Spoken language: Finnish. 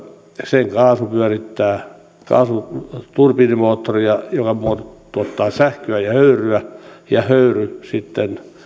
sen kaasu pyörittää kaasuturbiinimoottoria joka tuottaa sähköä ja sitten höyryä